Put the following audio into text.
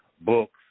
books